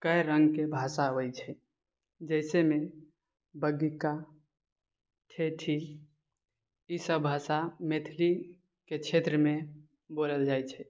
कै रङ्गके भाषा होइ छै जाहिसँमे बज्जिका ठेठी ई सब भाषा मैथिलीके क्षेत्रमे बोलल जाइ छै